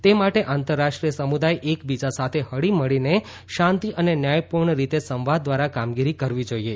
તે માટે આંતરરાષ્ટ્રીય સમુદાય એકબીજા સાથે હળીમળીને શાંતિ અને ન્યાયપૂર્ણ રીતે સંવાદ દ્વારા કામગીરી કરવી જોઇએ